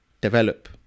develop